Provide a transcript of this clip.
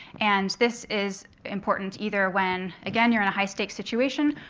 and this is important either when, again, you're in a high-stakes situation,